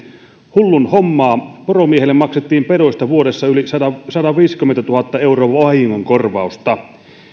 hullun hommaa poromiehelle maksettiin pedoista vuodessa yli sataviisikymmentätuhatta euroa vahingonkorvausta